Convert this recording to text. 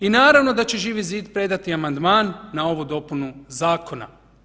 I naravno da će Živi zid predati amandman na ovu dopunu zakona.